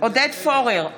עודד פורר,